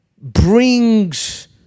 brings